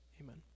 Amen